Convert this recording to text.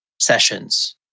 sessions